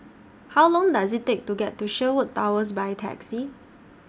How Long Does IT Take to get to Sherwood Towers By Taxi